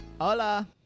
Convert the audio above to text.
Hola